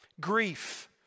Grief